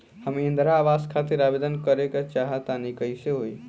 हम इंद्रा आवास खातिर आवेदन करे क चाहऽ तनि कइसे होई?